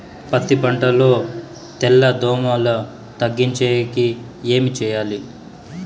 పత్తి పంటలో తెల్ల దోమల తగ్గించేకి ఏమి చేయాలి?